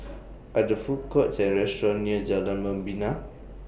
Are There Food Courts Or restaurants near Jalan Membina